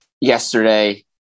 yesterday